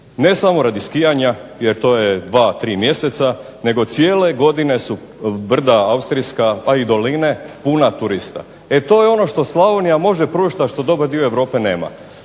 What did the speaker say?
ne samo radi skijanja, jer to je dva, tri mjeseca, nego cijele godine su brda austrijska, pa i doline puna turista. E to je ono što Slavonija može pružiti, a što dobar dio Europe nema.